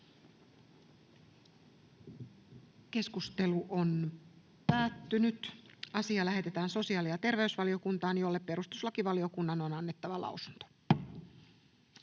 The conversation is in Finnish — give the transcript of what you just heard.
ehdottaa, että asia lähetetään sosiaali- ja terveysvaliokuntaan, jolle perustuslakivaliokunnan on annettava lausunto.